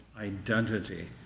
identity